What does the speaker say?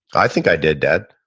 i think i did, dad,